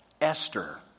Esther